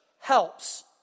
helps